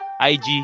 IG